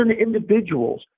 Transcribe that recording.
individuals